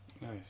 Nice